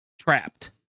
trapped